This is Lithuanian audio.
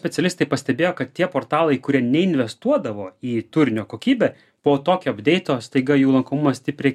specialistai pastebėjo kad tie portalai kurie neinvestuodavo į turinio kokybę po tokio apdeito staiga jų lakumas stipriai